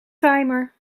timer